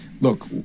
Look